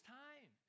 time